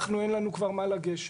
אנחנו, אין לנו כבר מה לגשת.